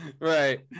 Right